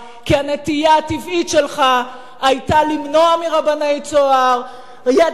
כי הנטייה הטבעית שלך היתה למנוע מרבני "צהר"; ידעת